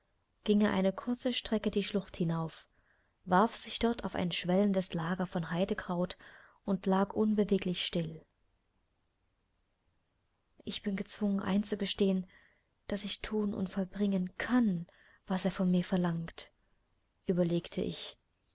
ging er eine kurze strecke die schlucht hinauf warf sich dort auf ein schwellendes lager von heidekraut und lag unbeweglich still ich bin gezwungen einzugestehen daß ich thun und vollbringen kann was er von mir verlangt überlegte ich